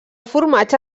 formatge